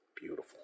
Beautiful